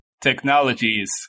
technologies